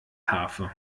harfe